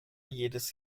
jedes